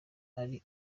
ari